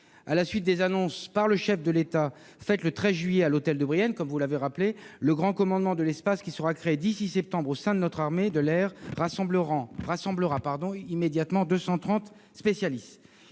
À la suite des annonces faites par le chef de l'État, le 13 juillet, à l'hôtel de Brienne, comme vous l'avez rappelé, le grand commandement de l'espace qui sera créé d'ici à septembre au sein de notre armée de l'air rassemblera immédiatement 230 spécialistes.